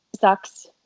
sucks